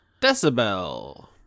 Decibel